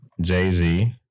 Jay-Z